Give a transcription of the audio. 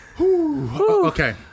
okay